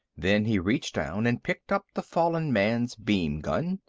then he reached down and picked up the fallen man's beam gun.